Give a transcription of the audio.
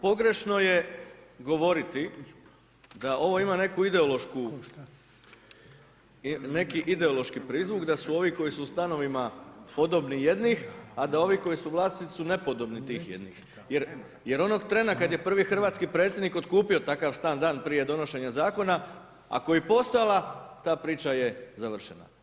Pogrešno je govoriti da ovo ima neku ideološku neki ideološki prizvuk da su ovi koji su u stanovima podobni jednih, a da ovi koji su vlasnici su nepodobni tih jednih jer onog trena kada je prvi hrvatski predsjednik otkupio takav stana dan prije donošenja zakona, ako je i postojala ta priča je završena.